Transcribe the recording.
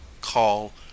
call